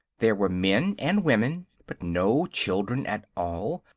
there were men and women, but no children at all,